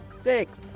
Six